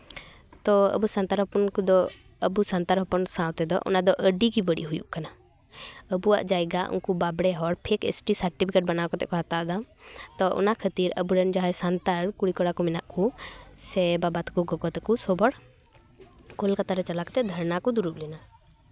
ᱛᱚ ᱟᱵᱚ ᱥᱟᱱᱛᱟᱲ ᱦᱚᱯᱚᱱ ᱠᱚᱫᱚ ᱟᱵᱚ ᱥᱟᱱᱛᱟᱲ ᱦᱚᱯᱚᱱ ᱥᱟᱶ ᱛᱮᱫᱚ ᱚᱱᱟ ᱫᱚ ᱟᱹᱰᱤᱜᱮ ᱵᱟᱹᱲᱤᱡ ᱦᱩᱭᱩᱜ ᱠᱟᱱᱟ ᱟᱵᱚᱣᱟᱜ ᱡᱟᱭᱜᱟ ᱩᱱᱠᱩ ᱵᱟᱸᱵᱽᱲᱮ ᱦᱚᱲ ᱯᱷᱮᱠ ᱮᱥ ᱴᱤ ᱥᱟᱨᱴᱚᱯᱷᱤᱠᱮᱴ ᱵᱮᱱᱟᱣ ᱠᱟᱛᱮ ᱠᱚ ᱦᱟᱛᱟᱣᱫᱟ ᱛᱚ ᱚᱱᱟ ᱠᱷᱟᱹᱛᱤᱨ ᱟᱵᱚ ᱨᱮᱱ ᱡᱟᱦᱟᱸᱭ ᱥᱟᱱᱛᱟᱲ ᱠᱩᱲᱤᱼᱠᱚᱲᱟ ᱠᱚ ᱢᱮᱱᱟᱜ ᱠᱚ ᱥᱮ ᱵᱟᱵᱟ ᱛᱟᱠᱚ ᱜᱚᱜᱚ ᱛᱟᱠᱚ ᱥᱚᱵ ᱦᱚᱲ ᱠᱳᱞᱠᱟᱛᱟ ᱨᱮ ᱪᱟᱞᱟᱣ ᱠᱟᱛᱮ ᱫᱷᱚᱨᱱᱟ ᱠᱚ ᱫᱩᱲᱩᱵ ᱞᱮᱱᱟ